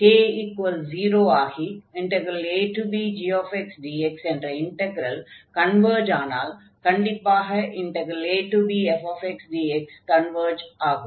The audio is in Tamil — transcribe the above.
k0 ஆகி abgxdx என்ற இன்டக்ரல் கன்வர்ஜ் ஆனால் கண்டிப்பாக abfxdx கன்வர்ஜ் ஆகும்